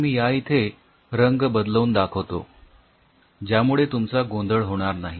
तर मी या इथे रंग बदलून दाखवतो ज्यामुळे तुमचा गोंधळ होणार नाही